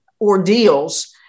ordeals